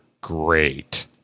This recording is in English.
great